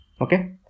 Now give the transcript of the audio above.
Okay